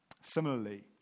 Similarly